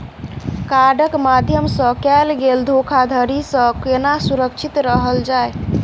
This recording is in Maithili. कार्डक माध्यम सँ कैल गेल धोखाधड़ी सँ केना सुरक्षित रहल जाए?